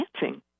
dancing